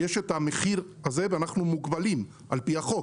יש את המחיר הזה ואנחנו מוגבלים על פי החוק.